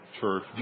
church